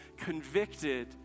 convicted